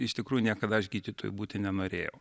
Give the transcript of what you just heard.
iš tikrųjų niekada aš gydytoju būti nenorėjau